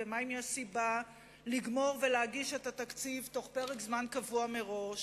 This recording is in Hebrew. ומה אם יש סיבה לגמור ולהגיש את התקציב בתוך פרק זמן קבוע מראש?